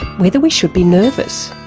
whether we should be nervous.